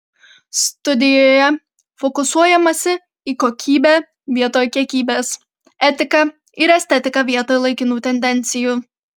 studijoje fokusuojamasi į kokybę vietoj kiekybės etiką ir estetiką vietoj laikinų tendencijų